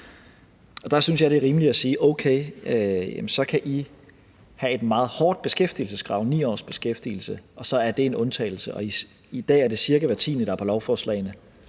Og der synes jeg, det er rimeligt at sige: Okay, jamen så kan I have et meget hårdt beskæftigelseskrav, 9 års beskæftigelse, og så er det en undtagelse. Og i dag er det cirka hver tiende på lovforslagene,